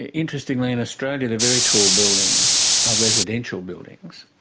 ah interestingly, in australia the very tall buildings are residential buildings.